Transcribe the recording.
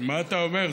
מה אתה אומר?